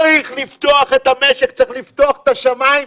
צריך לפתוח את המשק, צריך לפתוח את השמיים.